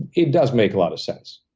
it does make a lot of sense.